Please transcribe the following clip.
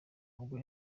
ubwo